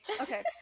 Okay